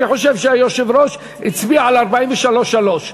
אני חושב שהיושב-ראש הצביע על 43(3),